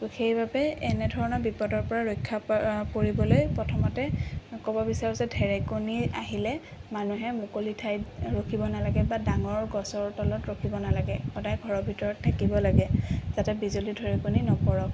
তো সেইবাবে এনেধৰণৰ বিপদৰ পৰা ৰক্ষা পৰিবলৈ প্ৰথমতে ক'ব বিচাৰোঁ যে ঢেৰেকনি আহিলে মানুহে মুকলি ঠাইত ৰখিব নালাগে বা ডাঙৰ গছৰ তলত ৰখিব নালাগে সদায় ঘৰৰ ভিতৰত থাকিব লাগে যাতে বিজুলী ঢেৰেকনি নপৰক